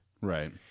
right